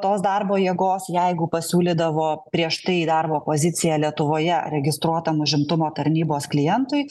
tos darbo jėgos jeigu pasiūlydavo prieš tai darbo poziciją lietuvoje registruotam užimtumo tarnybos klientui